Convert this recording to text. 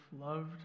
loved